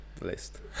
list